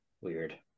weird